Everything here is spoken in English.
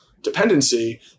dependency